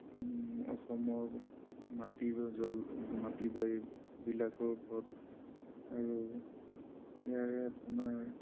অসমৰ মাটি জল মাটি বাৰীবিলাকৰ ওপৰত আৰু ইয়াৰে আপোনাৰ